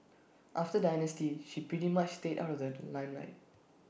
after dynasty she pretty much stayed out of the limelight